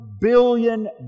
billion